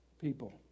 people